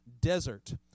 desert